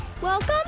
Welcome